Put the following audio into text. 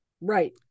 Right